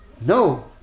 No